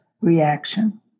reaction